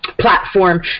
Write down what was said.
Platform